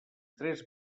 tres